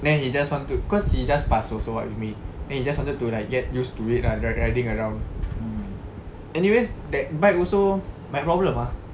then he just want to cause he just pass also [what] with me then he just wanted to like get used to it lah like riding around anyways that bike also banyak problem ah